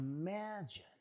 imagine